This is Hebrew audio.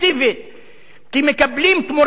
כי מקבלים תמורתה סטירת לחי,